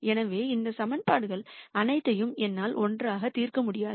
எனவே இந்த சமன்பாடுகள் அனைத்தையும் என்னால் ஒன்றாக தீர்க்க முடியாது